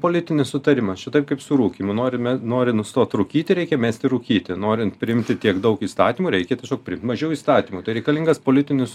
politinis sutarimas čia taip kaip su rūkymu norime nori nustot rūkyti reikia mesti rūkyti norint priimti tiek daug įstatymų reikia tiesiog priimt mažiau įstatymų tai reikalingas politinis